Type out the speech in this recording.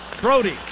Brody